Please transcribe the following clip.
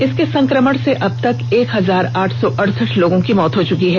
इसके संकमण से अब तक एक हजार आठ सौ अड़सठ लोगों की मौत हो चुकी है